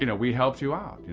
you know we helped you out.